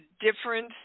difference